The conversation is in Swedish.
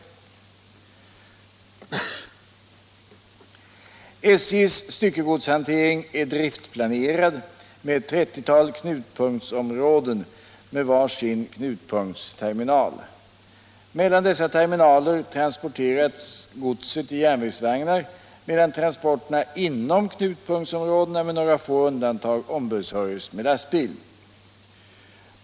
SJ:s styckegodshantering är driftplanerad med ett 30-tal knutpunktsområden med var sin knutpunktsterminal. Mellan dessa terminaler transporteras godset i järnvägsvagnar, medan transporterna inom knutpunktsområdena med några få undantag ombesörjs med lastbil.